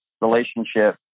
relationship